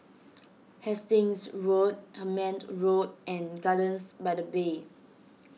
Hastings Road Hemmant Road and Gardens by the Bay